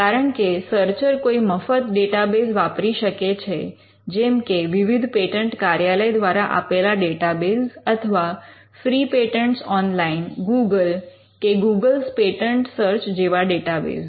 કારણ કે સર્ચર ર કોઈ મફત ડેટાબેઝ વાપરી શકે છે જેમ કે વિવિધ પેટન્ટ કાર્યાલય દ્વારા આપેલા ડેટાબેઝ અથવા ફ્રી પેટન્ટ્સ ઓનલાઇન ગૂગલ કે Google patent search google's patent search જેવા ડેટાબેઝ